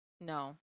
no